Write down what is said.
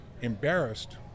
embarrassed